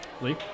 Lee